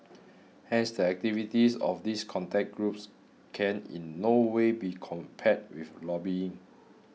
hence the activities of these contact groups can in no way be compared with lobbying